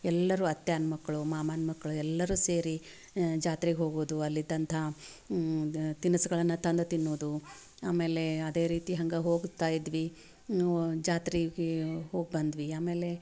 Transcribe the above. ಎಲ್ಲರೂ ಅತ್ಯಾನ ಮಕ್ಕಳು ಮಾಮನ ಮಕ್ಕಳು ಎಲ್ಲರೂ ಸೇರಿ ಜಾತ್ರೆಗೆ ಹೋಗೋದು ಅಲ್ಲಿದ್ದಂಥ ತಿನಸ್ಗಳನ್ನು ತಂದು ತಿನ್ನೋದು ಆಮೇಲೆ ಅದೇ ರೀತಿ ಹಂಗೆ ಹೋಗುತ್ತಾ ಇದ್ವಿ ನ ಜಾತ್ರೆಗೆ ಹೋಗಿ ಬಂದ್ವಿ ಆಮೇಲೆ